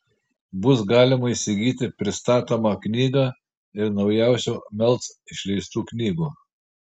bus galima įsigyti pristatomą knygą ir naujausių melc išleistų knygų